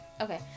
Okay